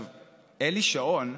אין לי שעון,